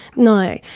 no.